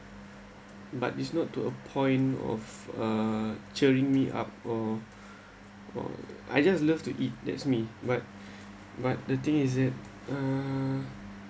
but is not to a point of uh cheering me up or or I just love to eat that's me but but the thing is it uh